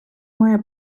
має